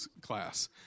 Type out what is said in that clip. class